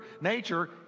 nature